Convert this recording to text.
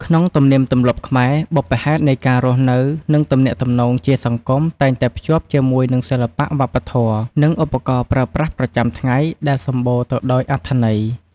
ក្នុងទំនៀមទម្លាប់ខ្មែរ បុព្វហេតុនៃការរស់នៅ និងទំនាក់ទំនងជាសង្គមតែងតែភ្ជាប់ជាមួយនឹងសិល្បៈវប្បធម៌ និងឧបករណ៍ប្រើប្រាស់ប្រចាំថ្ងៃដែលសម្បូរទៅដោយអត្ថន័យ។